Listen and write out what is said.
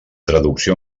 traducció